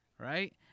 Right